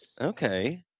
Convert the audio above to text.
Okay